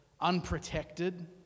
unprotected